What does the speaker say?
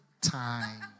time